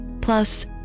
plus